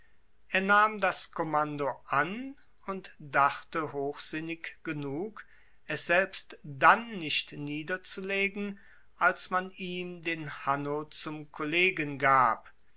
er nahm das kommando an und dachte hochsinnig genug es selbst dann nicht niederzulegen als man ihm den hanno zum kollegen gab